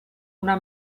una